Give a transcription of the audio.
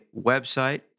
website